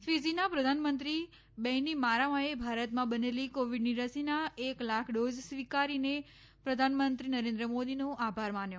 ફિજીના પ્રધાનમંત્રી બૈનીમારામાએ ભારતમાં બનેલી કોવિડની રસીના એક લાખ ડોઝ સ્વીકારીને પ્રધાનમંત્રી નરેન્દ્ર મોદીનો આભાર માન્યો